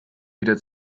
wieder